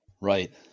Right